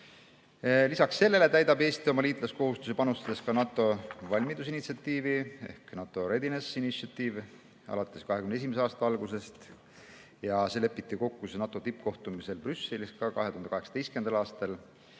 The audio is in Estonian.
Lisaks sellele täidab Eesti oma liitlaskohustusi, panustades ka NATO valmidusinitsiatiivi (NATO Readiness Initiative ehk NRI) alates 2021. aasta algusest. See lepiti kokku NATO tippkohtumisel Brüsselis 2018. aastal